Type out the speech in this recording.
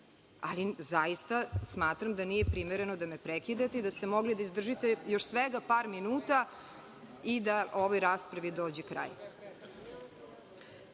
Ali, zaista smatram da nije primereno da me prekidate, da ste mogli da izdržite još svega par minuta i da ovoj raspravi dođe